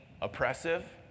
oppressive